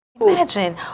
Imagine